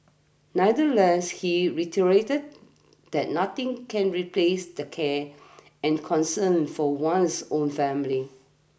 nevertheless he reiterated that nothing can replace the care and concern from one's own family